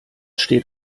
steht